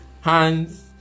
hands